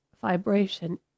vibration